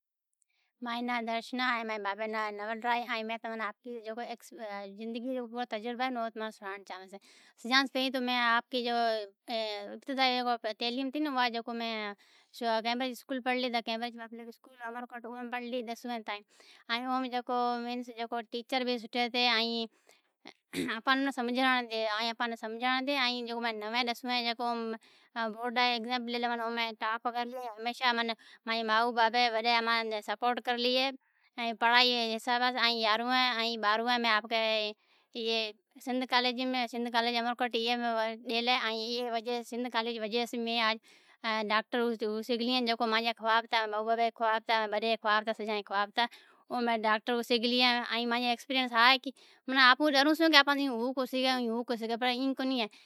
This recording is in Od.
مانجی ناں درشنا۔ این مانجی بابے جی ناں نول رائے ۔ائیں میں تماں زندگی جا تجربے او سھائینڑ چاہوں چھی، میں آپ جی جکو ابتدائی تعلیم ھتی او گرامر اسکول میں پڑہ لی دسویں تائیں ائیں او ٹیچر بھی سٹھیں ہتیں ائیں آپاں ناں سمجھانئیتی ائیں بورڈ رے ایگزیم میں امیں ٹاپ کرلو ائیں ہمیشہ ماں ری ماں ائیں پڑہائی جے حساب سیں یارہوئیں ائیں باروہیں میں جکو اے سندھ کالیج امرکوٹ میں ڈیل اہے ائیں سندھ کالیج میں آج ڈاکٹر ہو سگھے لی او میں ڈاکٹر ہو سگھے لی ائیں جکو مانجا خواب تھا ائیں مانجو جکو ایکسپیریئنس جکو آپون ڈرون چھون سو کہ ہو کو سگھو ہو کو سگھو۔ ایون کونی ھی ،